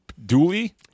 Dooley